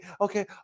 Okay